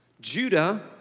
Judah